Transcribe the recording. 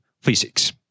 physics